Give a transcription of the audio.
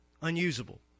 unusable